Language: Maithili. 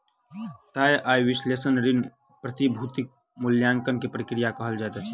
तय आय विश्लेषण ऋण, प्रतिभूतिक मूल्याङकन के प्रक्रिया कहल जाइत अछि